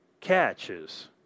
catches